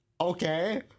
Okay